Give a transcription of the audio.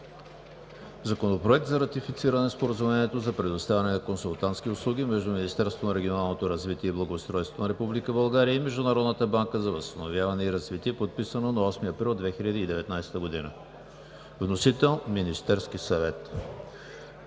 Законопроект за ратифициране на Споразумението за предоставяне на консултантски услуги между Министерството на регионалното развитие и благоустройството на Република България и Международната банка за възстановяване и развитие, № 902-02-13, внесен от Министерския съвет